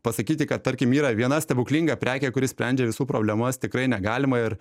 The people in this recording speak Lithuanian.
pasakyti kad tarkim yra viena stebuklinga prekė kuri sprendžia visų problemas tikrai negalima ir